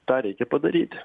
tą reikia padaryti